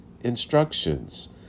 instructions